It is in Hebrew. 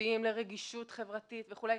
תקשורתיים לרגישות חברתית וכולי,